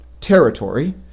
territory